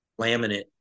laminate